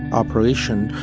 operation,